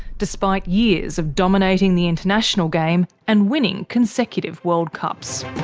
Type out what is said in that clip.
despite years of dominating the international game and winning consecutive world cups.